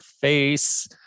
face